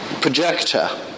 projector